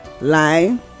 line